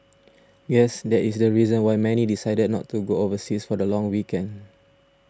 guess that is the reason why many decided not to go overseas for the long weekend